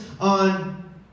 on